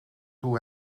hoe